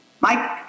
Mike